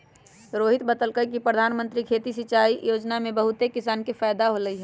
रोहित बतलकई कि परधानमंत्री खेती सिंचाई योजना से बहुते किसान के फायदा होलई ह